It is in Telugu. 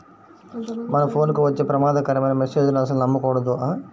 మన ఫోన్ కి వచ్చే ప్రమాదకరమైన మెస్సేజులను అస్సలు నమ్మకూడదు